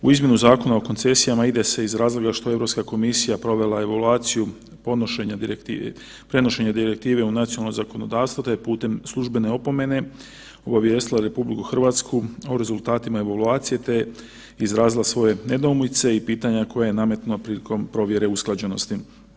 U izmjenu Zakona o koncesijama ide se iz razloga što je Europska komisija provela evaluaciju prenošenja direktive u nacionalno zakonodavstvo, te je putem službene opomene obavijestila RH o rezultatima evaluacija, te izrazila svoje nedoumice i pitanja koje je nametnuo prilikom provjere usklađenosti.